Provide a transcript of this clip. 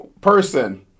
person